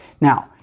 now